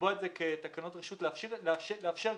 לקבוע את זה כתקנות רשות, לאפשר גמישות.